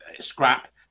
scrap